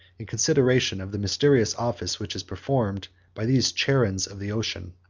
in consideration of the mysterious office which is performed by these charons of the ocean.